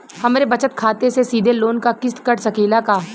हमरे बचत खाते से सीधे लोन क किस्त कट सकेला का?